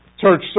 Church